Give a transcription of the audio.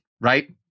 right